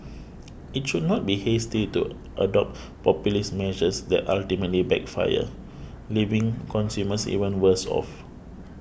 it should not be hasty to adopt populist measures that ultimately backfire leaving consumers even worse off